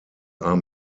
are